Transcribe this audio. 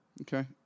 okay